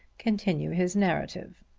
continue his narrative.